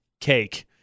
cake